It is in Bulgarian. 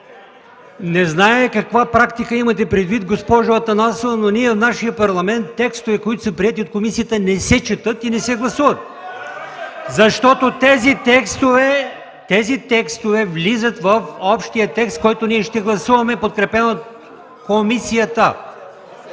Не зная каква практика имате предвид, госпожо Атанасова, но ние, в нашия Парламент, текстове, които са приети от комисията, не се четат и не се гласуват. (Шум и реплики, провиквания.) Защото тези текстове влизат в общия текст, който ние ще гласуваме, подкрепен от комисията.